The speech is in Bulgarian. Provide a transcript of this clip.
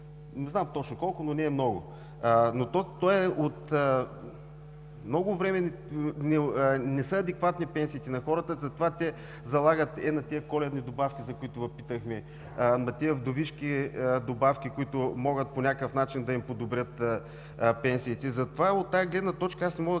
Не знам точно колко, но не е много. От много време пенсиите на хората не са адекватни, затова те залагат на тези коледни добавки, за които Ви питахме, на тези вдовишки добавки, които могат по някакъв начин да им подобрят пенсиите. Затова от тази гледна точка аз не мога